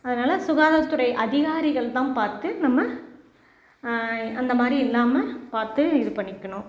அதனால் சுகாதார துறை அதிகாரிகள் தான் பார்த்து நம்ம அந்த மாதிரி இல்லாமல் பார்த்து இது பண்ணிக்கணும்